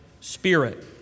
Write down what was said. Spirit